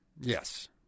Yes